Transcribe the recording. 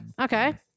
Okay